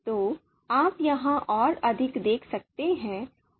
तो आप यहां और अधिक देख सकते हैं